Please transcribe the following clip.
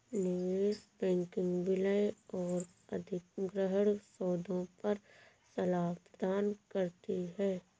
निवेश बैंकिंग विलय और अधिग्रहण सौदों पर सलाह प्रदान करती है